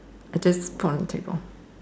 I just put on table